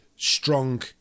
strong